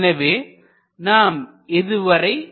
So we have seen the rate of angular deformation